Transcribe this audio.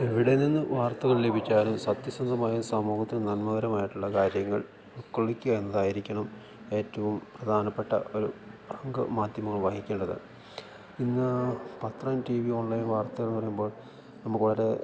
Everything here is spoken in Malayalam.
എവിടെ നിന്ന് വാർത്തകൾ ലഭിച്ചാലും സത്യസന്ധമായ സമൂഹത്തിൽ നന്മകരമായിട്ടുള്ള കാര്യങ്ങൾ ഉക്കൊള്ളിക്കുക എന്നതായിരിക്കണം ഏറ്റവും പ്രധാനപ്പെട്ട ഒരു പങ്ക് മാധ്യമങ്ങൾ വഹിക്കേണ്ടത് ഇന്ന് പത്രം ടി വി ഓൺലൈൻ വാർത്തകൾ എന്ന് പറയുമ്പോൾ നമുക്ക് വളരെ